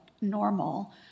normal